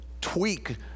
tweak